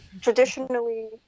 traditionally